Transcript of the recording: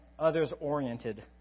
others-oriented